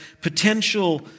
potential